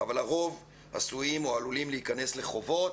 אבל הרוב עלולים להיכנס לחובות,